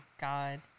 god